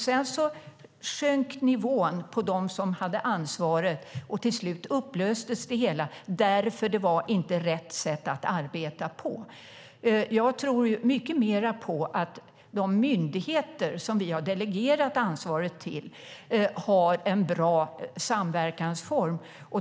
Sedan sjönk nivån på dem som hade ansvaret, och till slut upplöstes det hela. Det var inte rätt sätt att arbeta på. Jag tror mycket mer på att de myndigheter som vi har delegerat ansvaret till ska ha en bra samverkansform.